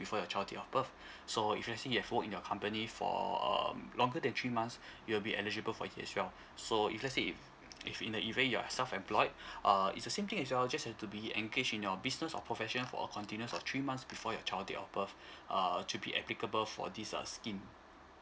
before your child date of birth so if let's say you've work in your company for um longer than three months you'll be eligible for it as well so if let's say if if in the event you're self employed err it's the same thing as well just have to be engaged in your business or profession for a continuous of three months before your child date of birth err to be applicable for this uh scheme